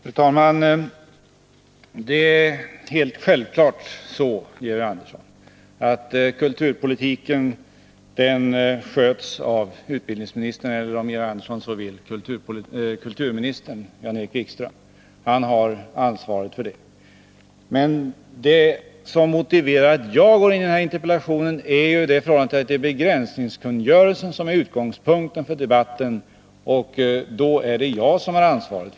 Fru talman! Det är självfallet så att kulturpolitiken sköts av utbildningsministern, eller om Georg Andersson så vill kulturministern, Jan-Erik Wikström. Han har ansvaret för den. Men det som motiverar att jag besvarar denna interpellation är ju förhållandet att det är begränsningskungörelsen som är utgångspunkten för debatten — och då är det jag som har ansvaret.